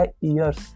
years